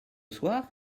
soir